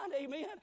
Amen